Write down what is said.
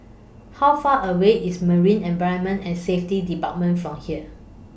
How Far away IS Marine Environment and Safety department from here